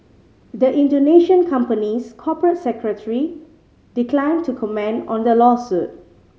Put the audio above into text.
the Indonesian company's corporate secretary declined to comment on the lawsuit